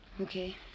Okay